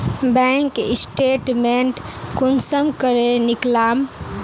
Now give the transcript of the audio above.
Bank statement कुंसम करे निकलाम?